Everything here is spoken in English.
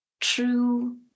true